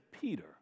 Peter